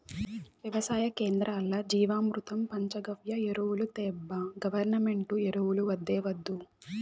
వెవసాయ కేంద్రాల్ల జీవామృతం పంచగవ్య ఎరువులు తేబ్బా గవర్నమెంటు ఎరువులు వద్దే వద్దు